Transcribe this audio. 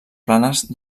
planes